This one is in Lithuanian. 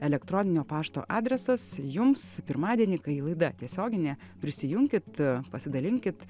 elektroninio pašto adresas jums pirmadienį kai laida tiesioginė prisijunkit pasidalinkit